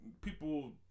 people